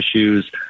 issues